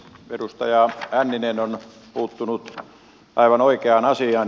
edustaja hänninen on puuttunut aivan oikeaan asiaan